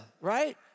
right